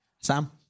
Sam